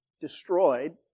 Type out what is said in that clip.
destroyed